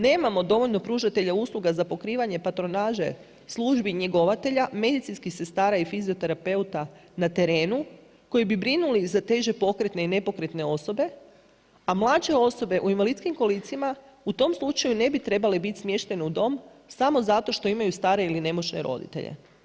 Nemamo dovoljno pružatelja usluga za pokrivanje patronaže, službi njegovatelja, medicinskih sredstava i fizioterapeuta na terenu, koji bi brinuli za teže pokretne i nepokretne osobe, a mlađe osobe u invalidskim kolicima, u tom slučaju ne bi trebale biti smještene u dom, samo zato što imaju stare ili nemoćne roditelje.